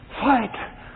fight